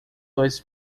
dois